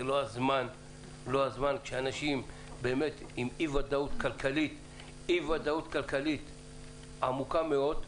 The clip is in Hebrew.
זה לא הזמן כשאנשים באי-ודאות כלכלית עמוקה מאוד.